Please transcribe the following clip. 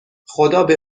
خدابه